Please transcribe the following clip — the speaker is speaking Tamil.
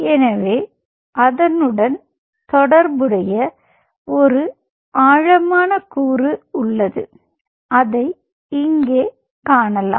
எனவே அதனுடன் தொடர்புடைய ஒரு ஆழமான கூறு உள்ளது அதை இங்கே காணலாம்